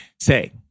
Say